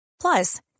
Plus